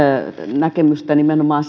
näkemystä nimenomaan